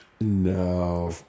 No